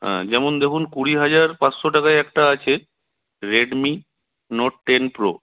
হ্যাঁ যেমন দেখুন কুড়ি হাজার পাঁচশো টাকায় একটা আছে রেডমি নোট টেন প্রো